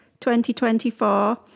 2024